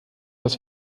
das